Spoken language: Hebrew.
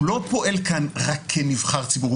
הוא לא פועל כאן רק כנבחר ציבור.